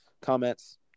comments